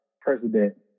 president